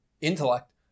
intellect